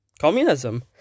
communism